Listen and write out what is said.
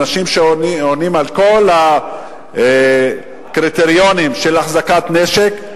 אנשים שעונים על כל הקריטריונים של החזקת נשק,